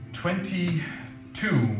twenty-two